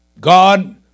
God